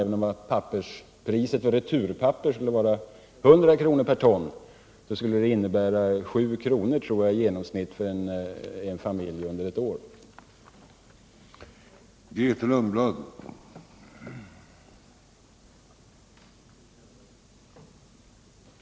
Även om priset för returpapper skulle vara 100 kr. per ton, skulle det bara betyda i genomsnitt 7 kr. för en familj för allt insamlat papper under ett helt år.